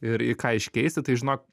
ir į ką iškeisti tai žinok